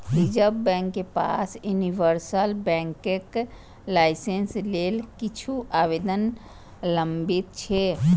reserve bank के पास universal बैंकक लाइसेंस लेल किछु आवेदन लंबित छै